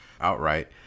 outright